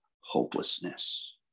hopelessness